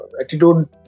attitude